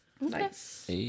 Nice